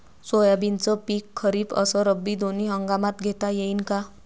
सोयाबीनचं पिक खरीप अस रब्बी दोनी हंगामात घेता येईन का?